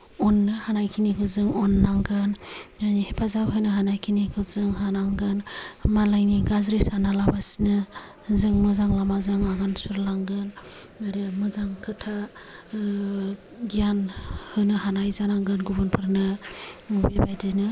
अननो हानायखिनिखौ जों अननांगोन हेफाजाब होनो हानायखिनिखौ जों हानांगोन मालायनि गाज्रि सानालासिनो जों मोजां लामाजों आगान सुरलांगोन आरो मोजां खोथा गियान होनो हानाय जानांगोन गुबुनफोरनो बेबायदिनो